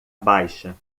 baixa